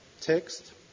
text